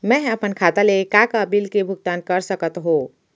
मैं ह अपन खाता ले का का बिल के भुगतान कर सकत हो